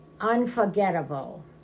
Unforgettable